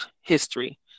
history